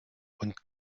und